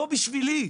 לא בשבילי,